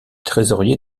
trésorier